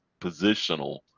positional